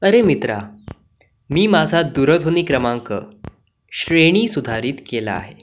अरे मित्रा मी माझा दूरध्वनी क्रमांक श्रेणी सुधारित केला आहे